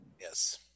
Yes